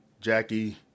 Jackie